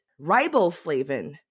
riboflavin